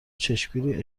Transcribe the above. چشمگیری